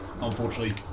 Unfortunately